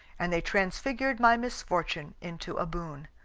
and they transfigured my misfortune into a boon.